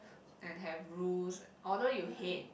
and have rules although you hate